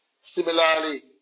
Similarly